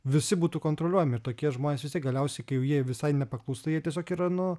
visi būtų kontroliuojami ir tokie žmonės vis tiek galiausiai kai jie visai nepaklūsta jie tiesiog yra nu